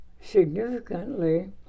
significantly